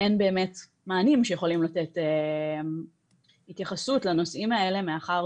אין באמת מענים שיכולים לתת באמת התייחסות לנושאים האלה מאחר